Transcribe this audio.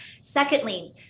secondly